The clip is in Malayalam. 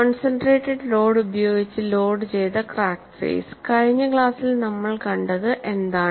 കോൺസെൻട്രേറ്റഡ് ലോഡ് ഉപയോഗിച്ച് ലോഡുചെയ്ത ക്രാക്ക് ഫേസ് കഴിഞ്ഞ ക്ലാസ്സിൽ നമ്മൾ കണ്ടത് എന്താണ്